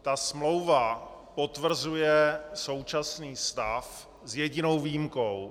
Ta smlouva potvrzuje současný stav s jedinou výjimkou.